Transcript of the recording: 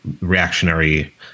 reactionary